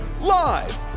live